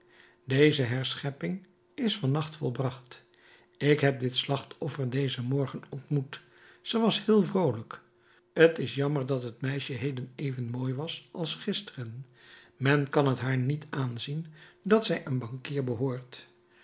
deze herschepping is van nacht volbracht ik heb dit slachtoffer dezen morgen ontmoet ze was heel vroolijk t is jammer dat het meisje heden even mooi was als gisteren men kan t haar niet aanzien dat zij een bankier behoort